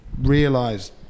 realise